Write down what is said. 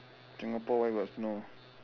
Singapore where got snow